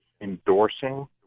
endorsing